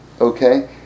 Okay